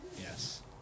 Yes